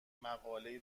مقالهای